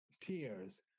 Tears